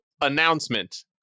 announcement